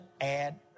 add